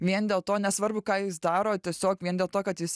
vien dėl to nesvarbu ką jis daro tiesiog vien dėl to kad jis